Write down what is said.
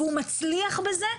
והוא מצליח בזה,